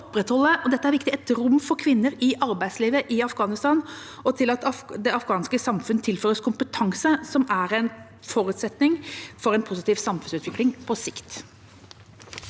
og dette er viktig – et rom for kvinner i arbeidslivet i Afghanistan, og til at det afghanske samfunnet tilføres kompetanse, som er en forutsetning for en positiv samfunnsutvikling på sikt.